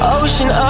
ocean